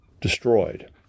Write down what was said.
destroyed